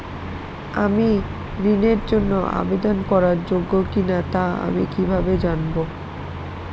আমি ঋণের জন্য আবেদন করার যোগ্য কিনা তা আমি কীভাবে জানব?